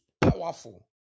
powerful